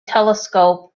telescope